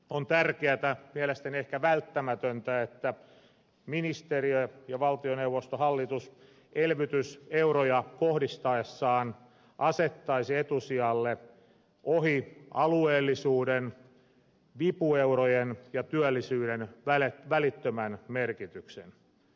on tärkeätä mielestäni ehkä välttämätöntä että ministeriö ja valtioneuvosto hallitus elvytyseuroja kohdistaessaan asettaisi etusijalle ohi alueellisuuden vipueurojen työllisyyden välittömän merkityksen